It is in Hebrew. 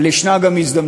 אבל יש גם הזדמנות